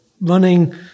running